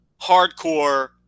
hardcore